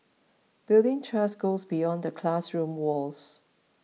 building trust goes beyond the classroom walls